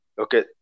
Okay